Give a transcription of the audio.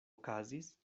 okazis